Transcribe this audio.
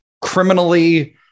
criminally